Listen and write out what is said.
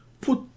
put